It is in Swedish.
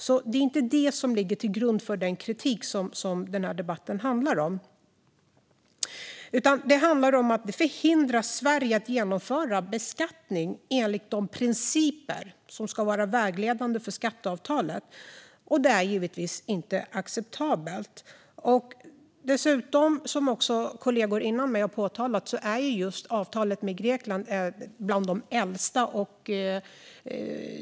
Det är alltså inte detta som ligger till grund för den kritik som den här debatten handlar om. I stället handlar det om att man hindrar Sverige från att genomföra beskattning enligt de principer som ska vara vägledande för skatteavtalet. Det är givetvis inte acceptabelt. Dessutom, som kollegor har påpekat tidigare i debatten, är just avtalet med Grekland ett av de äldsta.